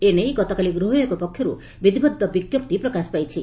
ଏ ନେଇ ଗତକାଲି ଗୃହ ବିଭାଗ ପକ୍ଷରୁ ବିଧିବଦ୍ଧ ବିଙ୍କପ୍ତି ପ୍ରକାଶ ପାଇଛି